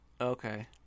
Okay